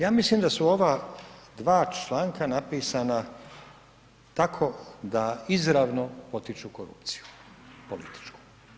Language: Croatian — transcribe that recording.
Ja mislim da su ova dva članka napisana tako da izravno potiču korupciju političku.